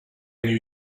you